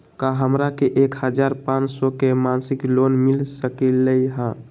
का हमरा के एक हजार पाँच सौ के मासिक लोन मिल सकलई ह?